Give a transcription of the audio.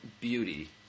beauty